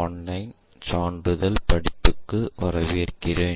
online சான்றிதழ் படிப்புகளுக்கு வரவேற்கிறேன்